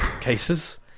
cases